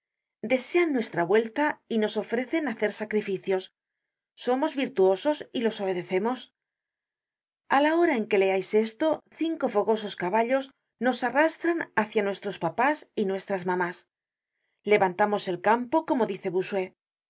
desean nuestra vuelta y nos ofrecen hacer sacrificios somos virtuosos ylos obedecemos a la hora en que leais esto cinco fogosos caballos nos arrastran hácia nuestros papas y nuestras mamas levantamos el campo como dice